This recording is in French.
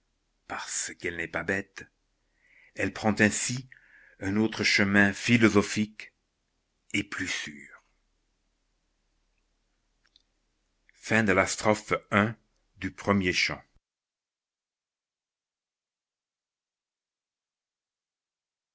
parce qu'elle n'est pas bête elle prend ainsi un autre chemin philosophique et plus sûr